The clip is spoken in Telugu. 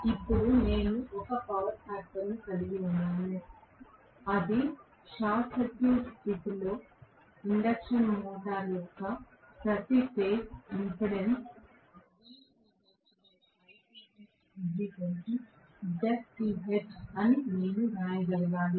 ఇప్పుడు నేను ఒక పవర్ ఫాక్టర్ కలిగి ఉన్నాను అది షార్ట్ సర్క్యూట్ స్థితిలో ఇండక్షన్ మోటారు యొక్క ప్రతి ఫేజ్ ఇంపెడెన్స్ అని నేను వ్రాయగలగాలి